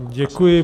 Děkuji.